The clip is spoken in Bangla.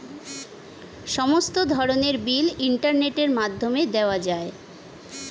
সমস্ত ধরনের বিল ইন্টারনেটের মাধ্যমে দেওয়া যায়